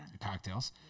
cocktails